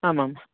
आम् आम्